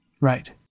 Right